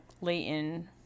Leighton